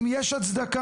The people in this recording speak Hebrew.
אם יש הצדקה,